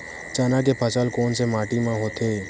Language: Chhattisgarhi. चना के फसल कोन से माटी मा होथे?